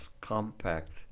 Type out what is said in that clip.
compact